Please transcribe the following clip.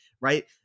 right